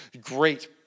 great